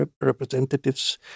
representatives